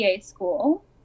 school